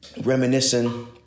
reminiscing